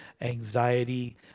anxiety